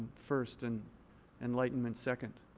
first and enlightenment second.